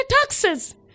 taxes